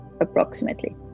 approximately